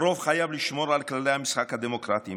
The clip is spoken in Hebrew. הרוב חייב לשמור על כללי המשחק הדמוקרטיים.